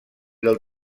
del